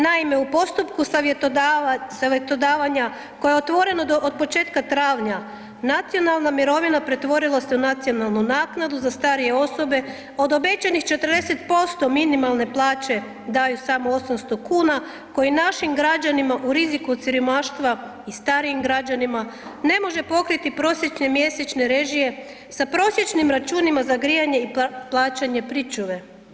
Naime, u postupku savjetodavanja koje je otvoreno od početka travnja, nacionalna mirovina pretvorila se i nacionalnu naknadu za starije osobe, od obećanih 40% minimalne plaće, daju samo 800 kn koji našim građanima u riziku od siromaštva i starijim građanima, ne može pokriti prosječne mjesečne režije sa prosječnim računima za grijanje i plaćanje pričuve.